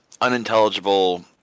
unintelligible